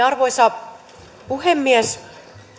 arvoisa puhemies